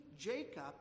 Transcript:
Jacob